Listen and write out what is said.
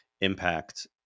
impact